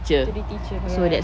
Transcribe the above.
three teacher oh ya